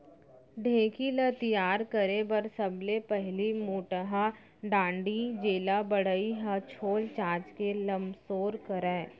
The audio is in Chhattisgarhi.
ढेंकी ल तियार करे बर सबले पहिली मोटहा डांड़ी जेला बढ़ई ह छोल चांच के लमसोर करय